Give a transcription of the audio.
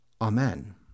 Amen